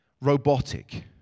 robotic